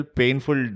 painful